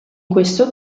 questo